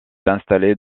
installé